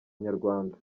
inyarwanda